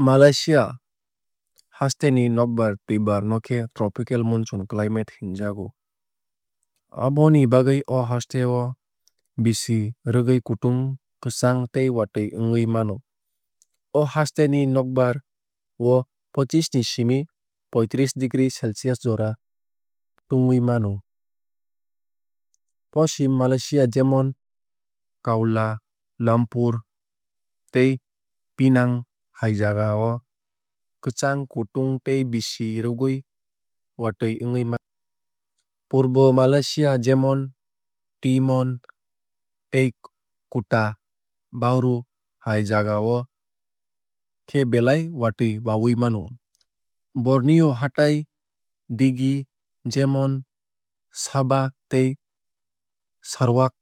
Malaysia haste ni nokbar twuibar no khe tropical monsoon climate hinjago. Aboni bagwui o hasteo bisi rwgui kutung kwchang tei watui wngui mano. O haste ni nokbar o pochish ni simi poitrish degree celcius jora tungwui mano. Poschim malaysia jemon kuala lumpur tei penang hai jagao kwchang kutung tei bisi rwgui watui wngui mano. Purbo malaysia jemon tioman tei kota bharu hai jagao khe belai watui wawui mano. Borneo hatai dige jemon sabah tei sarawak